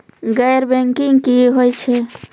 गैर बैंकिंग की होय छै?